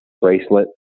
bracelet